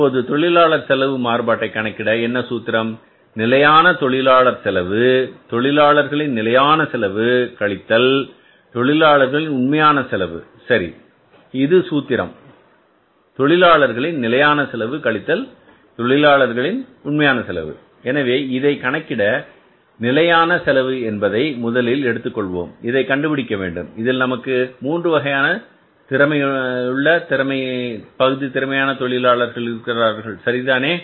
இப்போது தொழிலாளர் செலவு மாறுபாட்டை கணக்கிட என்ன சூத்திரம் நிலையான தொழிலாளர் செலவு தொழிலாளர்களின் நிலையான செலவு கழித்தல் தொழிலாளர்களின் உண்மையான செலவு சரியா இது சூத்திரம் தொழிலாளர்களின் நிலையான செலவு கழித்தல் தொழிலாளர்களின் உண்மையான செலவு எனவே இதை கணக்கிட நிலையான செலவு என்பதை முதலில் எடுத்துக் கொள்வோம் இதை கண்டுபிடிக்க வேண்டும் இதில் நமக்கு மூன்று வகையான திறமையுள்ள தொழிலாளர்கள் இருக்கிறார்கள் சரிதானே